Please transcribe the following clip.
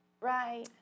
Right